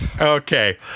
Okay